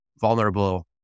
Vulnerable